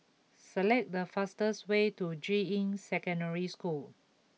select the fastest way to Juying Secondary School